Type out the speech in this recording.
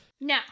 No